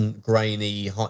grainy